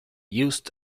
used